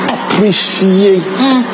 Appreciate